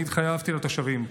אני התחייבתי לתושבים,